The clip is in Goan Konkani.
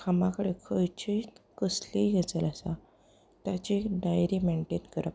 कामा कडेन खंयचीय कसलीय गजाल आसा ताची एक डायरी मेनटेन करप